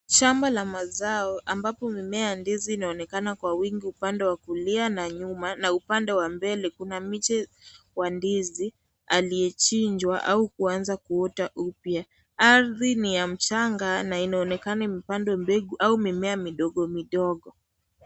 Shamba la mazao ambapo mimea ya ndizi inaonekana kwa wingi upande wa kulia na nyuma na upande wa mbele, kuna miche wa ndizi aliyechinjwa au kuanza kuota upya. Ardhi ni ya mchanga na inaonekana imepandwa mbegu au mimea midogo midogo.